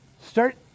Start